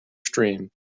stream